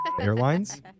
Airlines